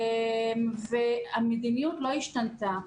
המדיניות לא השתנתה.